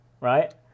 right